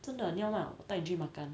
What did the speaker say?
真的你要 mah 带你去 makan